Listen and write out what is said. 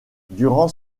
durant